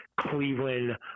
Cleveland –